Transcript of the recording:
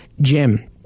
Jim